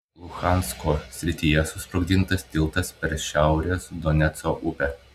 luhansko srityje susprogdintas tiltas per šiaurės doneco upę